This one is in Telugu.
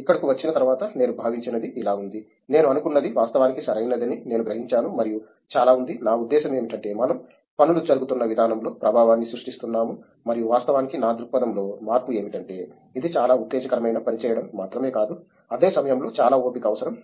ఇక్కడకు వచ్చిన తరువాత నేను భావించినది ఇలా ఉంది నేను అనుకున్నది వాస్తవానికి సరైనదని నేను గ్రహించాను మరియు చాలా ఉంది నా ఉద్దేశ్యం ఏమిటంటే మనం పనులు జరుగుతున్న విధానంలో ప్రభావాన్ని సృష్టిస్తున్నాము మరియు వాస్తవానికి నా దృక్పథంలో మార్పు ఏమిటంటే ఇది చాలా ఉత్తేజకరమైన పని చేయడం మాత్రమే కాదు అదే సమయంలో చాలా ఓపిక అవసరం